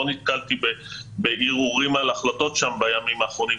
לא נתקלתי בערעורים על החלטות שם בימים האחרונים,